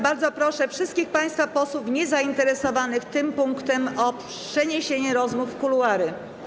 Bardzo proszę wszystkich państwa posłów niezainteresowanych tym punktem o przeniesienie rozmów w kuluary.